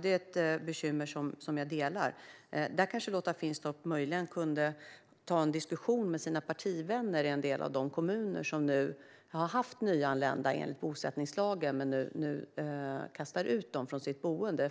Det är ett bekymmer som jag delar. Där kanske Lotta Finstorp möjligen kunde ta en diskussion med sina partivänner i en del av de kommuner som har tagit hand om nyanlända enligt bosättningslagen men nu kastar ut dem från deras boenden.